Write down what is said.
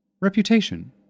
Reputation